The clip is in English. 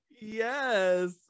yes